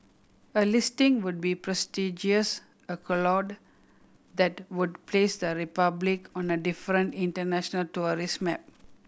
a listing would be prestigious that would place the Republic on a different international tourist map